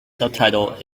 subtitle